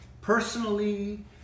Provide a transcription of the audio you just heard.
personally